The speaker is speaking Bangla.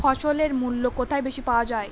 ফসলের মূল্য কোথায় বেশি পাওয়া যায়?